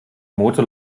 motor